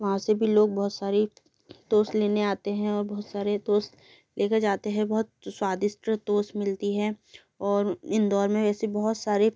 वहाँ से भी लोग बहुत सारी टोस्ट लेने आते हैं और बहुत सारे टोस्ट लेकर जाते हैं बहुत स्वादिष्ट टोस्ट मिलती है और इंदौर में वैसे बहुत सारे